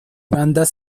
bandas